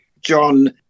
John